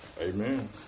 Amen